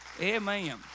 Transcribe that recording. Amen